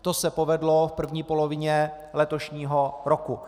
To se povedlo v první polovině letošního roku.